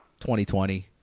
2020